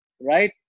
right